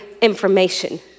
information